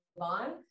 on